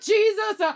Jesus